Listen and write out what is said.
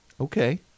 Okay